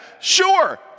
Sure